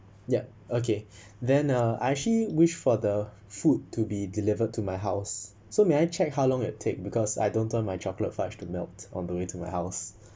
yup okay then uh I actually wished for the food to be delivered to my house so may I check how long it take because I don't turn my chocolate fudge to melt on the way to my house